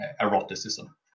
eroticism